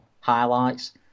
highlights